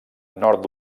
nord